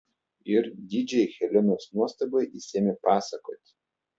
ir didžiai helenos nuostabai jis ėmė pasakoti